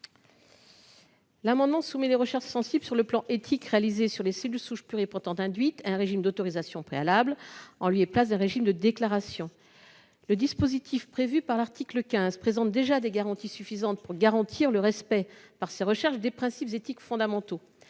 vise à soumettre les recherches, sensibles sur le plan éthique, réalisées sur des cellules souches pluripotentes induites à un régime d'autorisation préalable, en lieu et place d'un régime de déclaration. Le dispositif prévu par l'article 15 présente toutefois des garanties suffisantes pour assurer le respect, au cours de ces recherches, des principes éthiques fondamentaux.